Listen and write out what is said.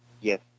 Yes